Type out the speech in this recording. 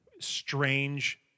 strange